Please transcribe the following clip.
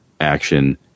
action